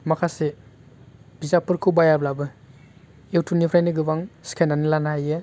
माखासे बिजाबफोरखौ बायाब्लाबो इउटुबनिफ्राइनो गोबां सिखायनानै लानो हायो